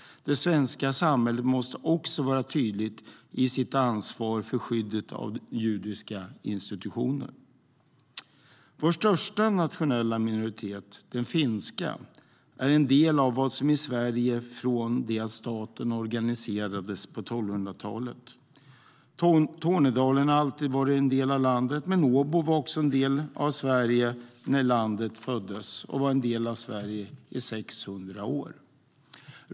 Det svenska samhället måste också vara tydligt i sitt ansvar för skyddet av judiska institutioner. Vår största nationella minoritet, den finska, har varit en del av Sverige från det att staten organiserades på 1200-talet. Tornedalen har alltid varit en del av landet, men även Åbo var en del av Sverige när landet föddes, och det var en del av Sverige i 600 år.